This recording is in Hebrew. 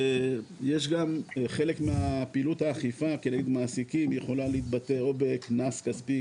יש גם חלק מפעילות האכיפה כנגד מעסיקים יכולה להתבטא או בקנס כספי,